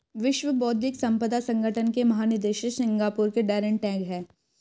विश्व बौद्धिक संपदा संगठन के महानिदेशक सिंगापुर के डैरेन टैंग हैं